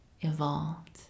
evolved